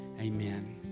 amen